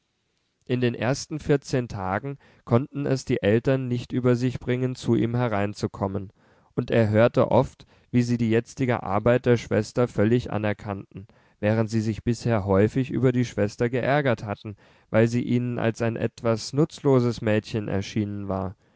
in den ersten vierzehn tagen konnten es die eltern nicht über sich bringen zu ihm hereinzukommen und er hörte oft wie sie die jetzige arbeit der schwester völlig anerkannten während sie sich bisher häufig über die schwester geärgert hatten weil sie ihnen als ein etwas nutzloses mädchen erschienen war